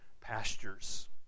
pastures